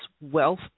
wealth